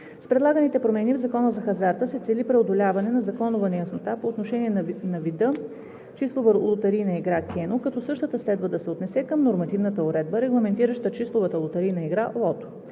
С предлаганите промени в Закона за хазарта се цели преодоляване на законова неяснота по отношение на вида числова лотарийна игра „кено“, като същата следва да се отнесе към нормативната уредба, регламентираща числовата лотарийна игра „лото“.